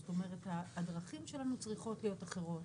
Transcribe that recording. זאת אומרת הדרכים שלנו צריכות להיות אחרות,